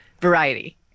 variety